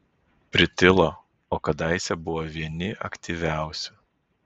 pritilo o kadaise buvo vieni aktyviausių